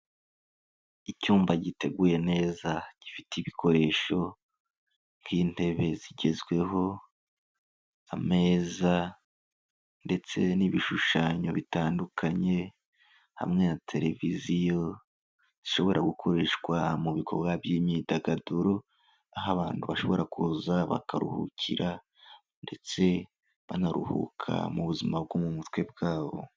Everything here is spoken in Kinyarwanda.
Icyumba giteguye neza gifite ibikoresho, nk'intebe zigezweho, ameza ndetse n'ibishushanyo bitandukanye, hamwe na televiziyo zishobora gukoreshwa mu bikorwa by'imyidagaduro, aho abantu bashobora kuza bakaruhukira ndetse banaruhuka mu buzima bwo mu mutwe bwabo.